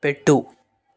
పెట్టు